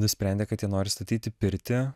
nusprendė kad jie nori statyti pirtį